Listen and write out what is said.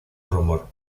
rumor